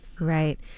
Right